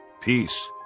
Peace